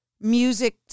music